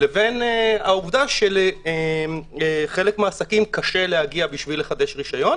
לבין העובדה שלחלק מהעסקים קשה להגיע כדי לחדש רשיון.